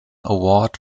award